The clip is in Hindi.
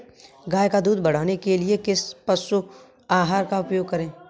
गाय का दूध बढ़ाने के लिए किस पशु आहार का उपयोग करें?